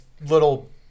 little